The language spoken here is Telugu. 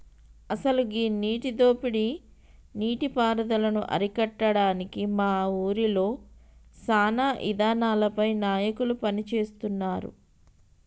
అసలు గీ నీటి దోపిడీ నీటి పారుదలను అరికట్టడానికి మా ఊరిలో సానా ఇదానాలపై నాయకులు పని సేస్తున్నారు